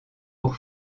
pour